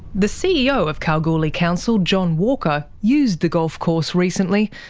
the ceo of kalgoorlie council, john walker, used the golf course recently.